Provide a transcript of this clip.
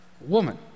Woman